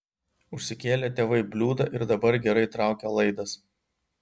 užsikėlė tėvai bliūdą ir dabar gerai traukia laidas